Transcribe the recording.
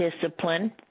discipline